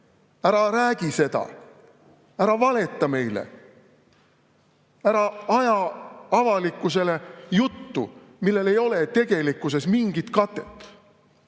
ära räägi seda, ära valeta meile, ära aja avalikkusele juttu, millel ei ole tegelikkuses mingit katet!